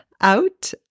out